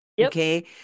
Okay